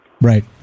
Right